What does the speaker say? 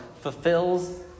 fulfills